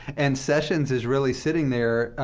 and sessions is really sitting there,